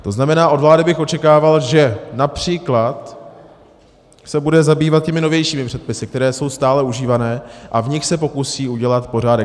To znamená, od vlády bych očekával, že například se bude zabývat těmi novějšími předpisy, které jsou stále užívané, a v nich se pokusí udělat pořádek.